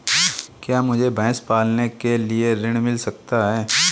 क्या मुझे भैंस पालने के लिए ऋण मिल सकता है?